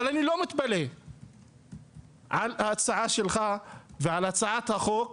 אבל אני לא מתפלא על ההצעה שלך ועל הצעת החוק,